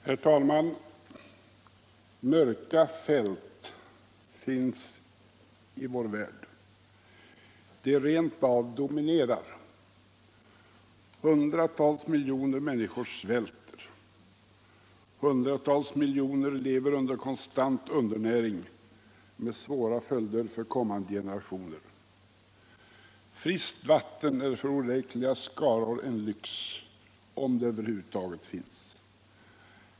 Herr talman! Mörka fält finns i vår värld. De rent av dominerar. Hundratals miljoner människor svälter, hundratals miljoner lider av konstant undernäring med svåra följder för kommande generationer. Friskt vatten är för oräkneliga skaror en lyx, om det över huvud taget finns.